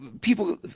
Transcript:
people